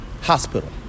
hospital